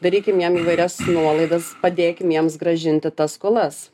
darykim jiem įvairias nuolaidas padėkim jiems grąžinti tas skolas